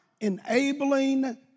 Enabling